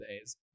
days